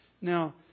Now